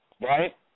right